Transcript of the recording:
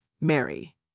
Mary